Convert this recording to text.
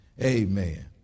amen